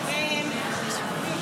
הכנסת,